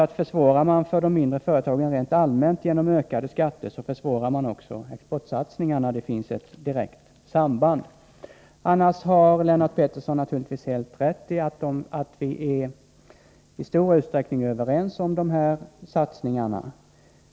Om man försvårar för de mindre företagen rent allmänt genom ökade skatter är det klart att man även försvårar exportsatsningarna — det finns ett direkt samband. Annars har Lennart Pettersson naturligtvis helt rätt i att vi i stor utsträckning är överens om dessa satsningar.